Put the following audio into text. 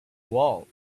wall